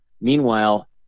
Meanwhile